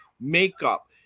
makeup